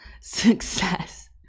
Success